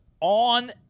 on